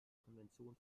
konvention